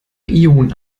ionen